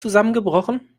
zusammengebrochen